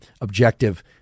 objective